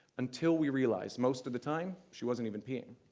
until we realized, most of the time she wasn't even peeing.